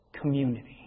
community